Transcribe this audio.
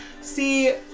See